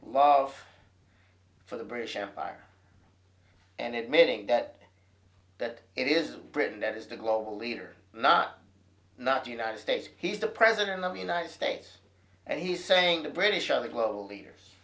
love for the british empire and it meaning that that it is britain that is the global leader not not united states he's the president of united states and he's saying the british are the global leaders